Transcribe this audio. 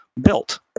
built